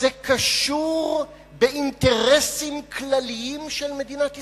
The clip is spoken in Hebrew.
זה קשור באינטרסים כלליים של מדינת ישראל.